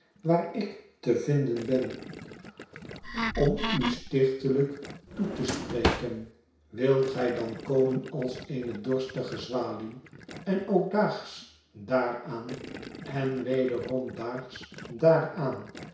waar ik te vinden ben om u stichtelijk toe te spreken wilt gij dan komen als eene dorstige zwaluw en ook daags daaraan en wederom daags daaraan